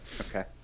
Okay